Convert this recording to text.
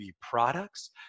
Products